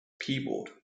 keyboard